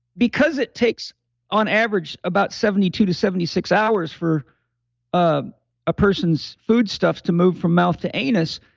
because it takes on average about seventy two to seventy six hours for um a person's food stuffs to move from mouth to anus,